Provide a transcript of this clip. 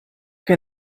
che